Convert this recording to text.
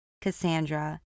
Cassandra